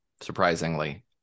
Surprisingly